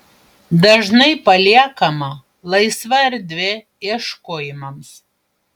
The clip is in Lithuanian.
dažnai paliekama laisva erdvė ieškojimams